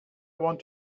want